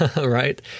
right